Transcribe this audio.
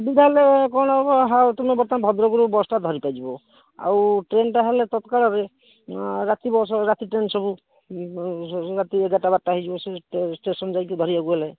ସୁବିଧା ହେଲେ କ'ଣ ହେବ ହଉ ତୁମେ ବର୍ତ୍ତମାନ ଭଦ୍ରକରୁ ବସ୍ ଟା ଧରିପାରିବ ଆଉ ଟ୍ରେନ୍ଟା ହେଲେ ତତତ୍କାଳରେ ରାତି ବସ୍ ରାତି ଟ୍ରେନ୍ ସବୁ ରାତି ଏଗାରଟା ବାରଟା ହେଇଯିବ ସେ ଷ୍ଟେସନ୍ ଯାଇକି ଧରିବାକୁ ହେଲେ